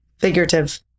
figurative